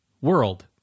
world